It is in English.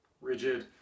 rigid